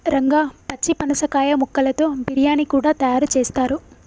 రంగా పచ్చి పనసకాయ ముక్కలతో బిర్యానీ కూడా తయారు చేస్తారు